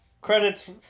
Credits